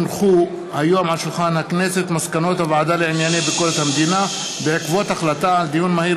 מסקנות הוועדה לענייני ביקורת המדינה בעקבות דיון מהיר